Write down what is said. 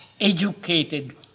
educated